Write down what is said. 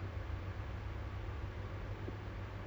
so a lot of um